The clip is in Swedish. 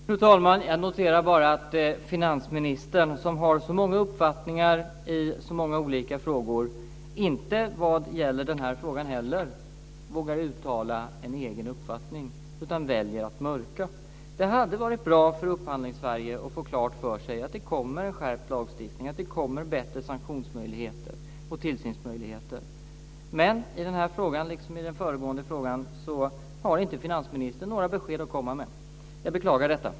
Fru talman! Jag noterar bara att finansministern, som har så många uppfattningar i många olika frågor, inte vad gäller den här frågan heller vågar uttala sin egen uppfattning utan väljer att mörka. Det hade varit bra för Upphandlingssverige att få klart för sig att det kommer en skärpt lagstiftning och bättre sanktionsoch tillsynsmöjligheter. Men även i den här frågan liksom i den föregående har inte finansministern några besked att komma med. Jag beklagar detta.